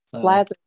Glad